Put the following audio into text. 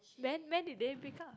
then when did they break up